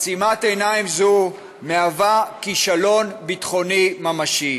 עצימת עיניים זו מהווה כישלון ביטחוני ממשי,